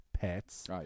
pets